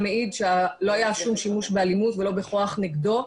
שלא היה כל שימוש באלימות ולא בכוח נגדו.